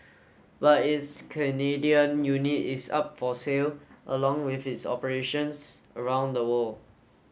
but its Canadian unit is up for sale along with its operations around the world